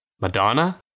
Madonna